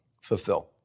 fulfill